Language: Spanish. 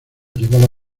llevaba